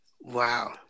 Wow